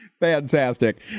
Fantastic